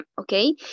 okay